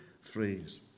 phrase